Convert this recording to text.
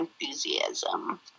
enthusiasm